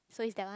so it's that one